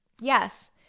Yes